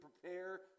prepare